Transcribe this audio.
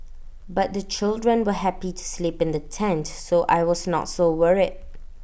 but the children were happy to sleep in the tent so I was not so worried